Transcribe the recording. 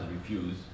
refuse